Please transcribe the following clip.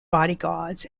bodyguards